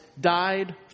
died